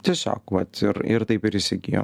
tiesiog vat ir ir taip ir įsigijom